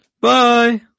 Bye